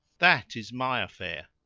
that is my affair.